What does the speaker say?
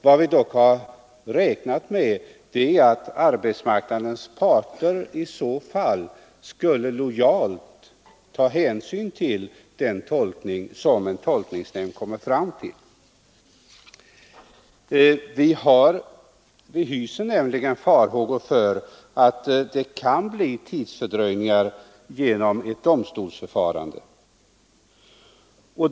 Vad vi dock har räknat med är att arbetsmarknadens parter i så fall lojalt skulle ta hänsyn till den tolkning som en tolkningsnämnd kommer fram till. Det finns risk för att det kan bli tidsfördröjningar genom ett domstolsförfarande.